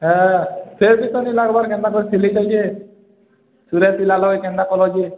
ହେ ସେ ବି ତ ଢିଲା ହେବ କେନ୍ତା କର ସିଲେଇ କରିଛି ସିଲେ ସିଲାଲ ଏ କେନ୍ତା କଲ ଯେ